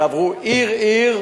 תעברו עיר-עיר,